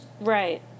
Right